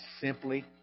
simply